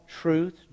truth